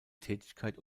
tätigkeit